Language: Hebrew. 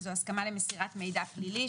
שזו הסכמה למסירת מידע פלילי,